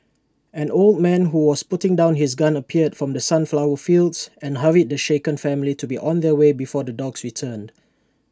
an old man who was putting down his gun appeared from the sunflower fields and hurried the shaken family to be on their way before the dogs return